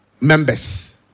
members